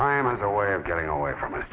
time as a way of getting away from us